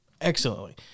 excellently